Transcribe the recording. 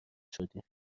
شدیم